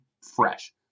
fresh